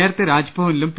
നേരത്തെ രാജ്ഭവനിലും പി